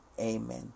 amen